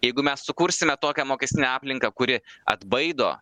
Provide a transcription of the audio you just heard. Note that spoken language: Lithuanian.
jeigu mes sukursime tokią mokestinę aplinką kuri atbaido